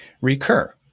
Recur